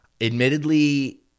Admittedly